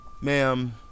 ma'am